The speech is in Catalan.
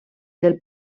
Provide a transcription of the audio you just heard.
del